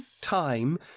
time